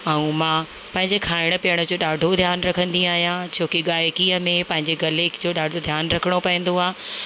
ऐं मां पंहिंजे खाइण पीअण जो ॾाढो ध्यानु रखंदी आहियां छो की गाइकीअ में पंहिंजे गले जो ॾाढो ध्यानु रखिणो पवंदो आहे